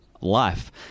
life